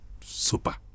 super